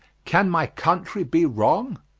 can my country be wrong?